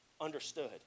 understood